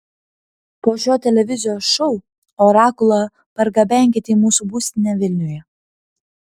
po šio televizijos šou orakulą pargabenkit į mūsų būstinę vilniuje